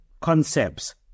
concepts